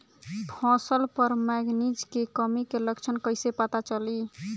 फसल पर मैगनीज के कमी के लक्षण कइसे पता चली?